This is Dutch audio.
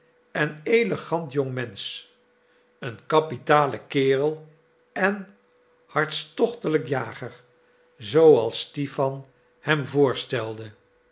en elegant jong mensch een kapitale kerel en hartstochtelijk jager zooals stipan hem voorstelde